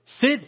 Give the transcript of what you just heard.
sit